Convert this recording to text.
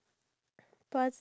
ya